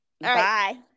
Bye